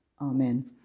Amen